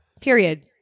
period